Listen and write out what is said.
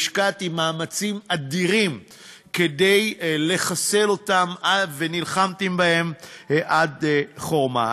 השקעתי מאמצים אדירים לחסל אותם ונלחמתי בהם עד חורמה.